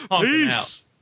Peace